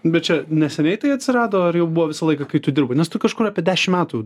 bet čia neseniai tai atsirado ar jau buvo visą laiką kai tu dirbai nes tu kažkur apie dešim metų